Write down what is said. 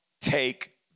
take